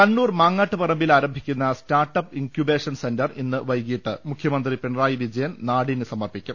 കണ്ണൂർ മാങ്ങാട്ട് പറമ്പിൽ ആരംഭിക്കുന്ന start up incubation centre ഇന്ന് വൈകീട്ട് മുഖ്യമന്ത്രി പിണറായി വിജയൻ നാടിന് സമർപ്പിക്കും